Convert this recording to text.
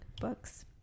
books